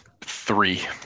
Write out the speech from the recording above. three